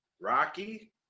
Rocky